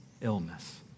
illness